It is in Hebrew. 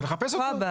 יחפשו אותו.